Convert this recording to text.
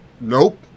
nope